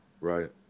Right